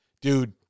dude